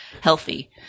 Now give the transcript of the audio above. healthy